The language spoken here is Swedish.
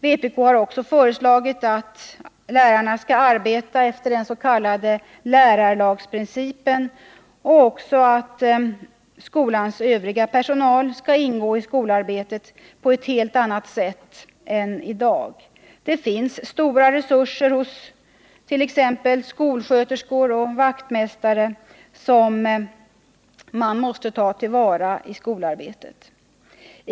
Vpk har också föreslagit att lärarna skall arbeta efter den s.k. lärarlagsprincipen och att också skolans övriga personal skall ingå i skolarbetet på ett helt annat sätt än i dag. Det finns stora resurser hos t.ex. skolsköterskor och vaktmästare som måste tas till vara i skolarbetet.